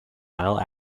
bile